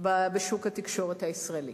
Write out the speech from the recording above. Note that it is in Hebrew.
בשוק התקשורת הישראלית.